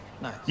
nice